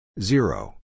Zero